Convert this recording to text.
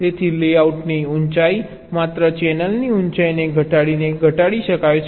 તેથી લેઆઉટની ઊંચાઈ માત્ર ચેનલની ઊંચાઈને ઘટાડીને ઘટાડી શકાય છે